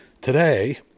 Today